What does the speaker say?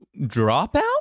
dropout